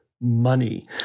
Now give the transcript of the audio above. money